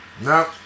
No